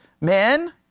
Men